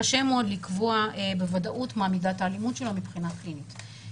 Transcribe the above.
קשה מאוד לקבוע בוודאות מה מידת האלימות שלה מבחינה קלינית.